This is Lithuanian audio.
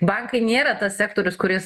bankai nėra tas sektorius kuris